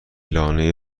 لانه